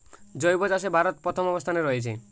জৈব চাষে ভারত প্রথম অবস্থানে রয়েছে